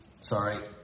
Sorry